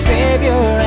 Savior